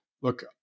look